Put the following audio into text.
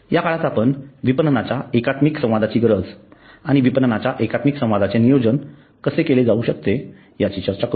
या पाठात आपण विपणनाच्या एकात्मिक संवादाची गरज आणि विपणनाच्या एकात्मिक संवादाचे नियोजन कसे केले जावू शकते याची चर्चा करू